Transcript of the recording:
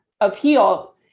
appeal